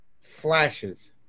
flashes